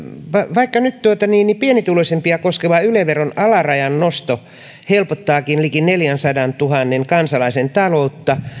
vaikka pienituloisimpia koskeva yle veron alarajan nosto helpottaakin liki neljänsadantuhannen kansalaisen taloutta